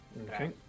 Okay